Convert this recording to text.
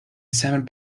cement